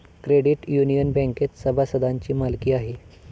credit union बँकेत सभासदांची मालकी आहे